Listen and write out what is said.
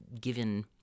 given